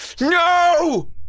No